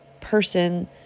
person